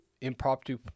impromptu